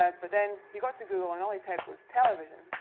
ah but then he got to google and all he typed was, television.